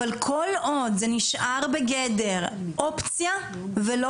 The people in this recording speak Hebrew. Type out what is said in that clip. אבל כל עוד זה נשאר בגדר אופציה ולא